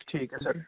ਠੀਕ ਹੈ ਸਰ